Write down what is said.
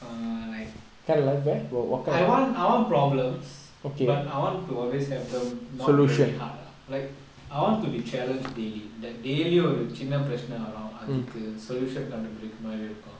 err like I want I want problems but I want to always have them not very hard lah like I want to be challenged daily that daily ஒரு சின்ன பிரச்சன வரும் அதுக்கு:oru sinna pirachana varum athukku solution கண்டுபுடிக்குற மாறி இருக்கும்:kandupudikkura mari irukkum